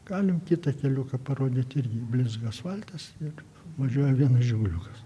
galim kitą keliuką parodyt irgi blizga asfaltas ir važiuoja vienas žiguliukas